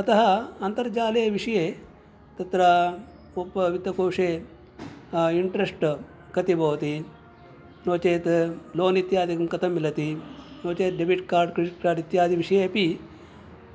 अतः अन्तर्जाले विषये तत्र वित्तकोशे इण्ट्रेष्ट् कति भवति नो चेत् लोन् इत्यादिकं कथं मिलति नो चेत् डेबिट् कार्ड् क्रेडिट् कार्ड् इत्यादि विषये अपि